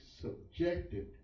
subjected